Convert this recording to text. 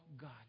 God